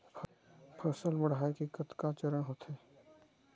फसल बाढ़े के कतका चरण होथे?